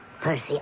Percy